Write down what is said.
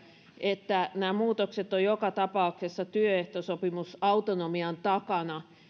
että nämä muutokset ovat joka tapauksessa työehtosopimusautonomian takana